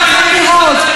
תלכי למשפחה.